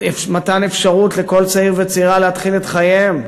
מתן אפשרות לכל צעיר וצעירה להתחיל את חייהם,